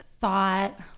thought